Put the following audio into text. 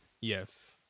Yes